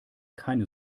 keine